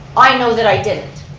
i know that i didn't.